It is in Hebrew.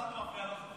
למה אתה מפריע לו?